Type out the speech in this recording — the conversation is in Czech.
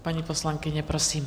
Paní poslankyně, prosím.